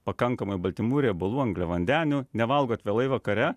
pakankamai baltymų riebalų angliavandenių nevalgot vėlai vakare